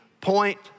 point